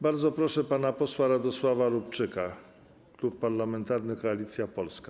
Bardzo proszę pana posła Radosława Lubczyka, Klub Parlamentarny Koalicja Polska.